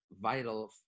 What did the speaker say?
vital